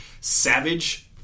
Savage